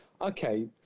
okay